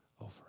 over